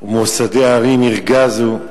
ומוסדי הרים ירגזו.